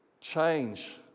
change